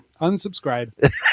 unsubscribe